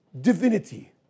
divinity